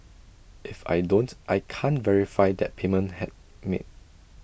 if I don't I can't verify that payment had made